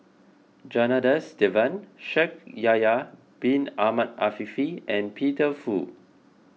Janadas Devan Shaikh Yahya Bin Ahmed Afifi and Peter Fu